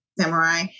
Samurai